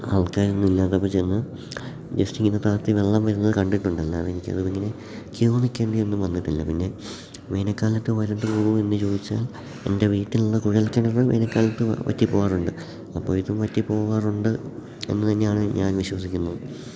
ആൾക്കാരൊന്നുമില്ലാത്തപ്പോൾ ചെന്ന് ജസ്റ്റ് ഇങ്ങനെ താഴ്ത്തി വെള്ളം വരുന്നത് കണ്ടിട്ടുണ്ട് അല്ലാതെ എനിക്കതിങ്ങനെ ക്യു നിൽക്കേണ്ടി ഒന്നും വന്നിട്ടില്ല പിന്നെ വേനൽക്കാലത്ത് വരണ്ടു പോകുമോ എന്നു ചോദിച്ചാൽ എൻ്റെ വീട്ടിലുള്ള കുഴൽക്കിണർ വേനൽക്കാലത്ത് വറ്റി പോവാറുണ്ട് അപ്പോൾ ഇതും വറ്റി പോവാറുണ്ട് എന്നു തന്നെയാണ് ഞാൻ വിശ്വസിക്കുന്നത്